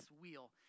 wheel